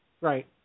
Right